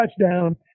touchdown